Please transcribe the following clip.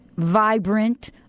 Vibrant